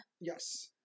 Yes